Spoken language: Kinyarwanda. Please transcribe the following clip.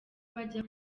bajya